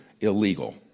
illegal